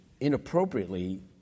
inappropriately